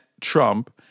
trump